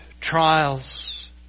trials